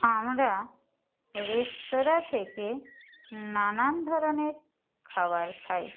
আমরা রেস্তোরাঁ থেকে নানান ধরনের খাবার খাই